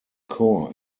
core